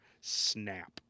snap